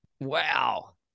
wow